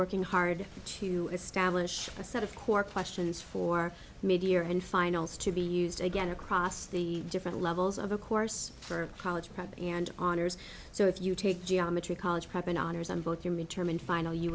working hard to establish a set of core questions for media and finals to be used again across the different levels of a course for college prep and honors so if you take geometry college prep and honors in both your mid term and final you